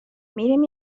میریم